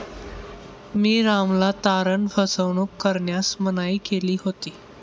मी रामला तारण फसवणूक करण्यास मनाई केली होती